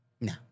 no